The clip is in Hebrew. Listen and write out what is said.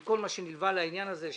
עם כל מה שנלווה לעניין הזה,